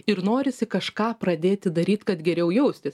ir norisi kažką pradėti daryt kad geriau jaustis